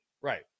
Right